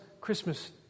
Christmas